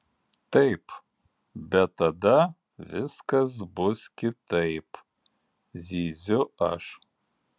taip bet tada viskas bus kitaip zyziu aš